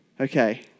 Okay